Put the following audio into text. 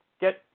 get